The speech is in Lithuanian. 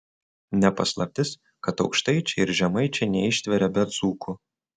ne paslaptis kad aukštaičiai ir žemaičiai neištveria be dzūkų